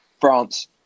France